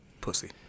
Pussy